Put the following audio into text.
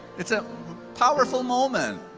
it's a powerful moment.